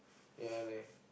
ya அண்ணண்:annan